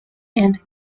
and